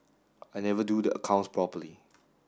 I never do the accounts properly